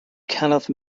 kenneth